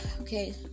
Okay